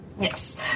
Yes